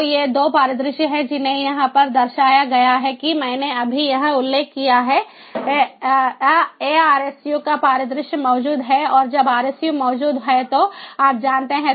तो ये 2 परिदृश्य हैं जिन्हें यहाँ पर दर्शाया गया है कि मैंने अभी यहाँ उल्लेख किया है a RSU का परिदृश्य मौजूद है और जब RSU मौजूद है तो आप जानते हैं